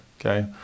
okay